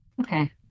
Okay